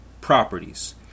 Properties